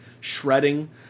Shredding